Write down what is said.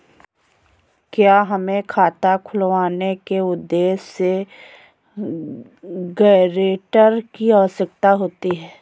क्या हमें खाता खुलवाने के उद्देश्य से गैरेंटर की आवश्यकता होती है?